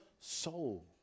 soul